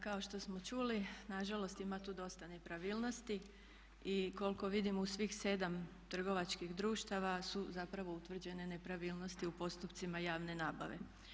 Kao što smo čuli, na žalost ima tu dosta nepravilnosti i koliko vidim u svih 7 trgovačkih društava su zapravo utvrđene nepravilnosti u postupcima javne nabave.